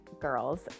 girls